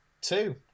two